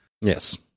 Yes